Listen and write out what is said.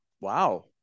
wow